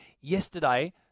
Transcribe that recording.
yesterday